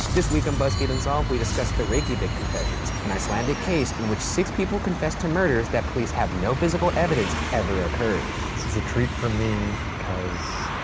this week on buzzfeed unsolved, we discuss the reykjavik confessions, an icelandic case in which six people confessed to murders that police have no physical evidence ever occurred. this is a treat for me because,